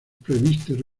presbítero